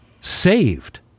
saved